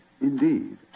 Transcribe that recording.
Indeed